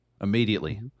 immediately